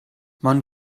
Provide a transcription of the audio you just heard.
man